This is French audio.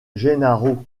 gennaro